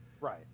Right